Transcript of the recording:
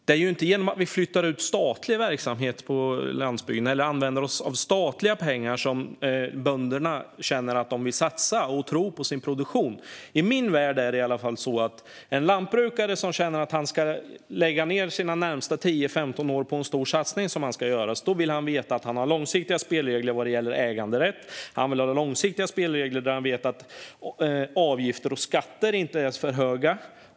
Det är inte genom att flytta ut statlig verksamhet på landsbygden eller genom att använda oss av statliga pengar som vi gör att bönderna känner att de vill satsa och kan tro på sin produktion. Åtminstone i min värld vill en lantbrukare som funderar på att lägga de närmaste tio femton åren på en stor satsning veta att han har långsiktiga spelregler vad gäller äganderätt. Han vill även ha långsiktiga spelregler så att han vet att avgifter och skatter inte blir för höga.